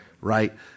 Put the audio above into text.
right